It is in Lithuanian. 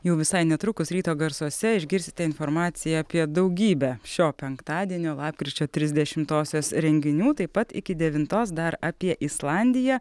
jau visai netrukus ryto garsuose išgirsite informaciją apie daugybę šio penktadienio lapkričio trisdešimtosios renginių taip pat iki devintos dar apie islandiją